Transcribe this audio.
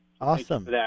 awesome